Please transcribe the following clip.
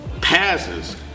passes